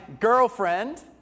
girlfriend